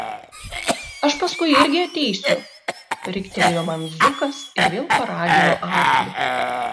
aš paskui irgi ateisiu riktelėjo man zukas ir vėl paragino arklį